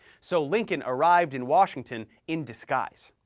so lincoln arrived in washington in disguise.